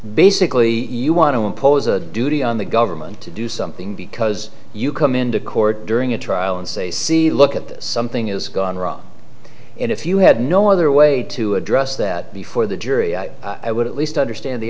basically you want to impose a duty on the government to do something because you come into court during a trial and say see look at this something is gone wrong and if you had no other way to address that before the jury i would at least understand the